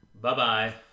Bye-bye